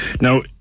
Now